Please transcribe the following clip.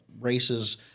races